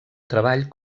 treball